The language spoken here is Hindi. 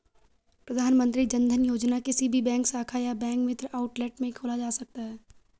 प्रधानमंत्री जनधन योजना किसी भी बैंक शाखा या बैंक मित्र आउटलेट में खोला जा सकता है